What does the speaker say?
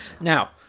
Now